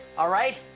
ah right?